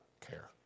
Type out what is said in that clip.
care